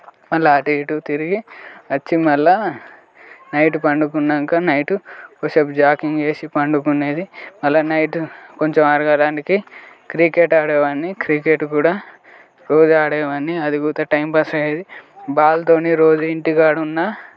మళ్ళీ అటూ ఇటూ తిరిగి వచ్చి మళ్ళీ నైట్ పండుకున్నాక నైట్ కొద్దిసేపు జాగింగ్ చేసి పండుకుండేది అలా నైట్ కొంచెం అరగడానికి క్రికెట్ ఆడే వాడ్ని క్రికెట్ కూడా రోజు ఆడేవాడ్ని అది కూడా టైంపాస్ అయ్యేది బాల్తోని రోజు ఇంటికాడున్న